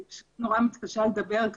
רואה את הפרצופים